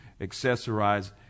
accessorize